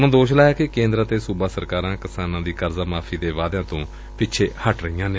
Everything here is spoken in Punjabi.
ਉਨ੍ਹਾਂ ਦੋਸ਼ ਲਾਇਆ ਕਿ ਕੇਂਦਰ ਅਤੇ ਸੂਬਾ ਸਰਕਾਰਾਂ ਕਿਸਾਨਾਂ ਦੀ ਕਰਜ਼ਾ ਮਾਫ਼ੀ ਦੇ ਵਾਅਦਿਆਂ ਤੋਂ ਪਿੱਛੇ ਹਟ ਰਹੀਆਂ ਨੇ